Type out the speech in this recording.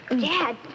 dad